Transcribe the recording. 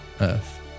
Earth